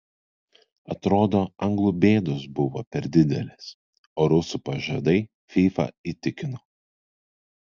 atrodo anglų bėdos buvo per didelės o rusų pažadai fifa įtikino